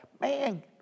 Man